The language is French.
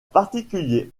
particulier